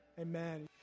amen